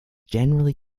generally